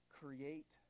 create